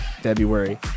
February